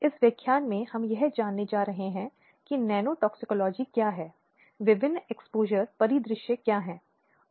पिछले व्याख्यान में हमने महिलाओं के अधिकारों को बढ़ावा देने में विभिन्न एजेंसियों की भूमिका पर चर्चा शुरू की